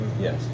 Yes